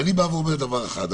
אני אומר דבר אחד.